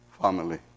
family